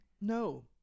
No